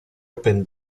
open